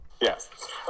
yes